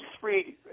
three